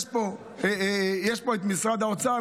יש פה את משרד האוצר,